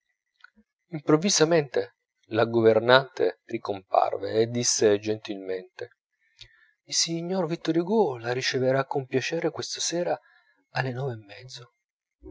improvvisamente la governante ricomparve e disse gentilmente il signor vittor hugo la riceverà con piacere questa sera alle nove e mezzo